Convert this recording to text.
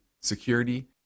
security